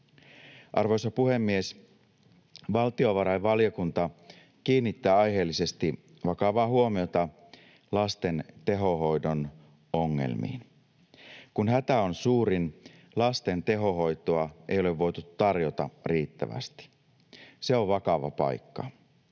Arvoisa puhemies! Valtiovarainvaliokunta kiinnittää aiheellisesti vakavaa huomiota lasten tehohoidon ongelmiin. Kun hätä on suurin, lasten tehohoitoa ei ole voitu tarjota riittävästi. Se on vakava paikka.